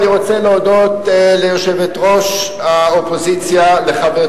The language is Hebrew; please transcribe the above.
עדיין זה יוכל לספק מענה חלקי